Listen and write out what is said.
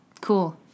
Cool